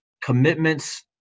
commitments